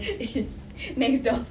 it's next door